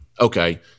Okay